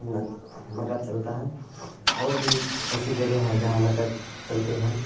نقد چلتا ہے اور بھی ایسے جگہ ہیں جہاں نقد چلتے ہیں